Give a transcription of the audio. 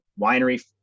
winery